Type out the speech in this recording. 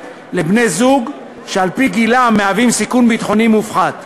לבני-זוג שעל-פי גילם מהווים סיכון ביטחוני מופחת.